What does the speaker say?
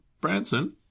Branson